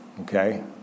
Okay